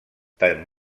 tant